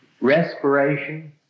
respiration